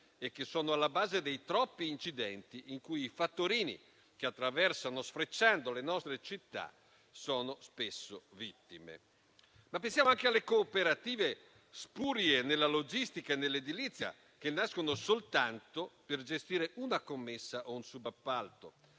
e che sono alla base dei troppi incidenti di cui i fattorini, che attraversano sfrecciando le nostre città, sono spesso vittime. Pensiamo anche alle cooperative spurie nella logistica e nell'edilizia, che nascono soltanto per gestire una commessa o un subappalto.